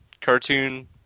cartoon